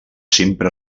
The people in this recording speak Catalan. sempre